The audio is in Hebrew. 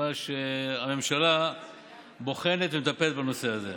מכיוון שהממשלה בוחנת את הטיפול בנושא הזה.